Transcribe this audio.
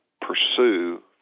pursue